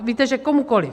Víte, že komukoliv.